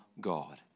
God